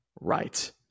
right